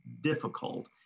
difficult